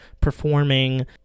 performing